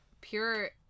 pure